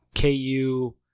KU